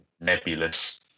nebulous